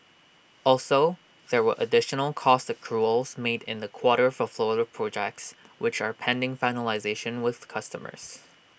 also there were additional cost accruals made in the quarter for floater projects which are pending finalisation with customers